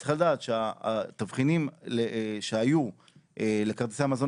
צריך לדעת שהתבחינים שהיו לכרטיסי המזון